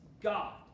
God